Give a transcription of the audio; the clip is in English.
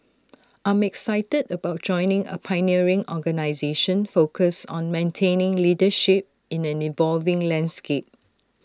I'm excited about joining A pioneering organisation focused on maintaining leadership in the evolving landscape